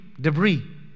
Debris